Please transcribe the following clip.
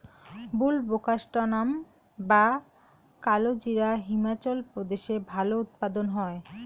বুলবোকাস্ট্যানাম বা কালোজিরা হিমাচল প্রদেশে ভালো উৎপাদন হয়